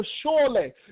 Surely